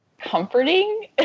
comforting